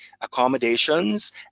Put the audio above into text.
accommodations